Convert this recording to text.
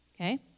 Okay